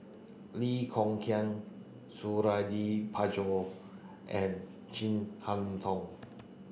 Lee Kong Chian Suradi Parjo and Chin Harn Tong